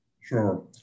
Sure